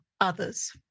others